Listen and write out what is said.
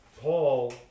paul